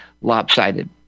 lopsided